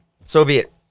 Soviet